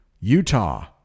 utah